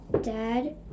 dad